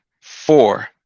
four